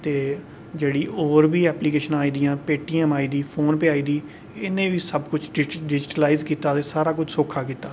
ते जेह्ड़ी होर बी एप्लीकेशनां आई दियां पेटीऐम्म आई दी फोन पे आई दी इ'नें बी किश डिजिटलाइज कीता ते सारा किश सौखा कीता